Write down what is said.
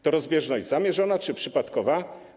To rozbieżność zamierzona czy przypadkowa?